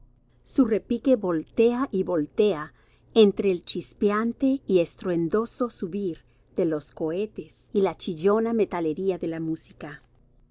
su repique voltea y voltea entre el chispeante y estruendoso subir de los cohetes y la chillona metalería de la música